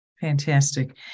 Fantastic